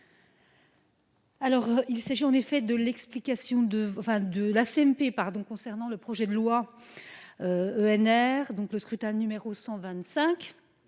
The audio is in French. Alors il s'agit en effet de l'explication de enfin de la CMP pardon concernant le projet de loi. ENR donc le scrutin numéro 125.